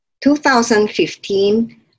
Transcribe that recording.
2015